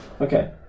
Okay